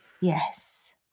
yes